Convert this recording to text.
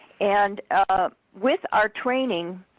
and ah with our training,